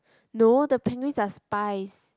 no the penguins are spies